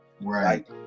Right